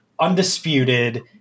Undisputed